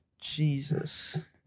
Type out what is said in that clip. Jesus